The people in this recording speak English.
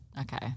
Okay